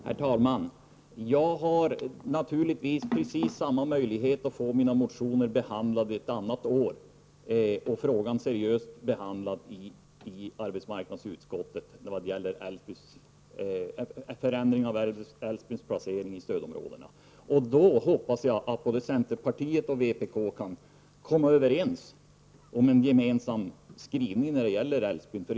Herr talman! Jag har naturligtvis precis samma möjlighet att få mina motioner behandlade ett annat år och att få frågan om en förändrad placering av Älvsbyn i stödområdena seriöst behandlad i arbetsmarknadsutskottet. Då hoppas jag att både centerpartiet och vpk kan komma överens om en gemensam skrivning om Älvsbyn.